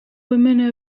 women